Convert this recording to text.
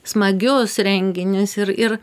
smagius renginius ir ir